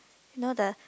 no the